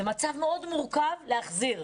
זה מצב מאוד מורכב להחזיר.